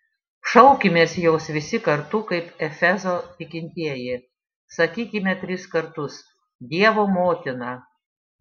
šaukimės jos visi kartu kaip efezo tikintieji sakykime tris kartus dievo motina